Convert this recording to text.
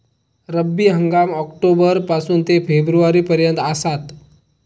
रब्बी हंगाम ऑक्टोबर पासून ते फेब्रुवारी पर्यंत आसात